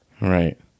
Right